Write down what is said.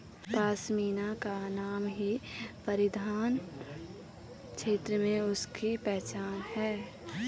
पशमीना का नाम ही परिधान क्षेत्र में उसकी पहचान है